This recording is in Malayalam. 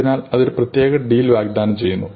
അതിനാൽ അത് ഒരു പ്രത്യേക ഡീൽ വാഗ്ദാനം ചെയ്യുന്നു